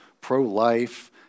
pro-life